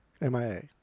MIA